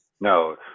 No